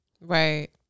Right